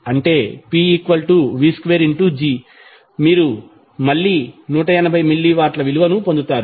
అంటే pv2G మీరు మళ్ళీ 180 మిల్లీ వాట్ల విలువను పొందుతారు